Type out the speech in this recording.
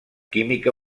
química